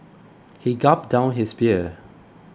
he gulped down his beer